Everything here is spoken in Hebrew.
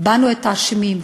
בנו את האשמים,